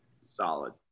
Solid